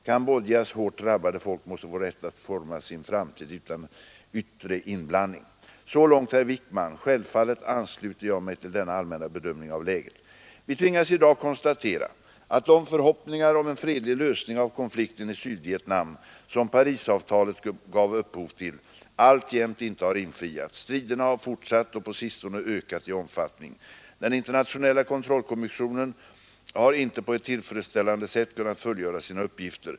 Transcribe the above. Cambodjas hårt drabbade folk måste få rätt att forma sin framtid utan yttre inblandning.” Så långt herr Wickman. Självfallet ansluter jag mig till denna allmänna bedömning av läget. Vi tvingas i dag konstatera att de förhoppningar om en fredlig lösning av konflikten i Sydvietnam, som Parisavtalet gav upphov till, alltjämt inte har infriats. Striderna har fortsatt och på sistone ökat i omfattning. Den internationella kontrollkommissionen har inte på ett tillfredsställande sätt kunnat fullgöra sina uppgifter.